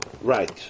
Right